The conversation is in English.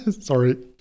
Sorry